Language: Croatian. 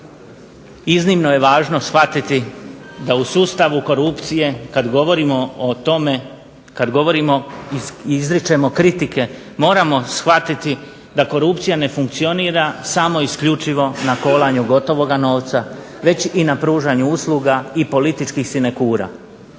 Iznimno je važno shvatiti da u sustavu korupcije kad govorimo o tome, kad govorimo i izričemo kritike moramo shvatiti da korupcija ne funkcionira samo isključivo na kolanju gotovoga novca već i na pružanju usluga i političkih sinekura.